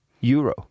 euro